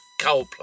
Coldplay